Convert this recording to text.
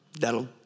That'll